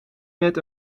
met